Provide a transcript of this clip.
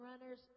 runners